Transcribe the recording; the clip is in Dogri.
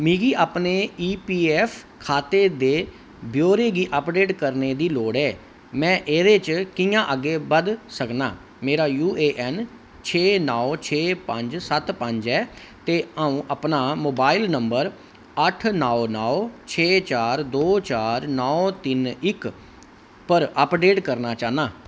मिगी अपने ई पी ऐफ्फ खाते दे ब्यौरे गी अपडेट करने दी लोड़ ऐ में एह्दे च कि'यां अग्गें बध सकनां मेरा यू ऐ ऐन्न छे नौ छे पंज सत्त पंज ऐ ते अ'ऊं अपना मोबाइल नंबर अट्ठ नौ नौ छे चार दो चार नौ तिन्न इक पर अपडेट करना चाह्न्नां